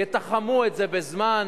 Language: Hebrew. יתחמו את זה בזמן.